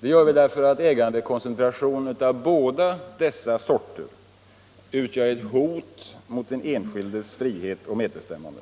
Det gör vi därför att ägandekoncentration av båda dessa sorter utgör ett hot mot den enskildes frihet och medbestämmande.